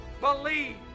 believe